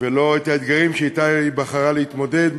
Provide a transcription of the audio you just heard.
ולא את האתגרים שאתם היא בחרה להתמודד,